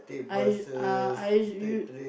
I uh I you